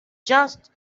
just